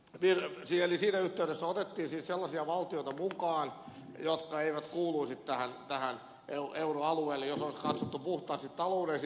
eli siinä yhteydessä otettiin siis mukaan sellaisia valtioita jotka eivät kuuluisi euro alueelle jos olisi katsottu puhtaasti taloudellisin kriteerein